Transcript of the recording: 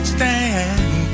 Stand